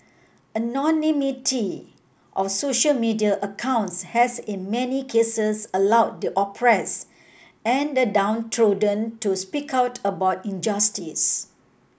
anonymity of social media accounts has in many cases allowed the oppress and the downtrodden to speak out about injustice